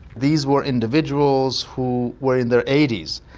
these were individuals who were in their eighty s,